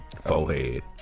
forehead